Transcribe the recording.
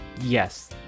Yes